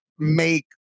make